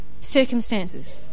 circumstances